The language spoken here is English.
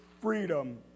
freedom